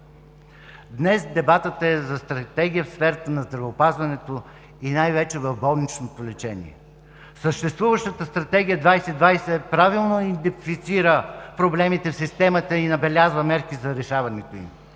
Днес дебатът е за стратегия в сферата на здравеопазването и най-вече в болничното лечение. Съществуващата „Стратегия 2020“ правилно идентифицира проблемите в системата и набелязва мерки за решаването им.